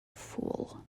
fool